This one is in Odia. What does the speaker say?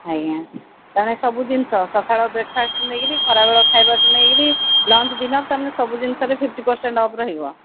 ଆଜ୍ଞା ତାହାଲେ ସବୁ ଜିନିଷ ସକାଳ ବ୍ରେକ ଫାଷ୍ଟରୁ ନେଇକିରି ଖରାବେଳ ଖାଇବାଠୁ ନେଇକିରି ଲଞ୍ଚ ଡିନର୍ ତାମାନେ ସବୁ ଜିନିଷରେ ଫିଫ୍ଟି ପରସେଣ୍ଟ ଅଫ୍ ରହିବ